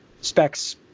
specs